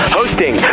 hosting